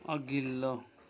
अघिल्लो